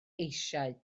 eisiau